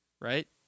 right